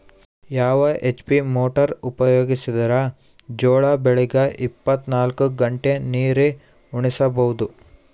ಯಾವ HP motor ಉಪಯೋಗಿಸಿದರ ಜೋಳ ಬೆಳಿಗ ಇಪ್ಪತ ನಾಲ್ಕು ಗಂಟೆ ನೀರಿ ಉಣಿಸ ಬಹುದು?